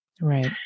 Right